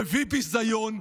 מביא ביזיון.